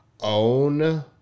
own